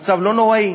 המצב לא נוראי?